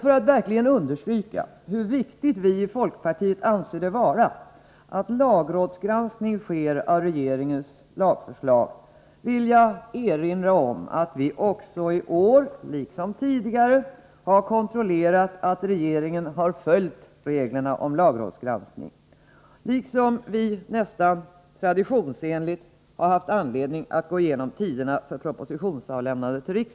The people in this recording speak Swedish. För att verkligen understryka hur viktigt vi i folkpartiet anser det vara att lagrådsgranskning sker av regeringens lagförslag vill jag erinra om att vi i år — liksom tidigare — har kontrollerat att regeringen följt reglerna om lagrådsgranskning, på samma sätt som vi nästan traditionsenligt har haft anledning att gå igenom tiderna för propositionsavlämnandet.